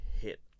hit